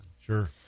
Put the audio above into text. Sure